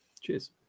Cheers